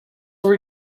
were